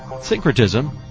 Syncretism